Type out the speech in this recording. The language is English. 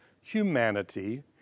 humanity